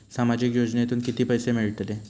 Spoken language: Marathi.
सामाजिक योजनेतून किती पैसे मिळतले?